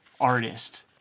artist